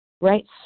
Right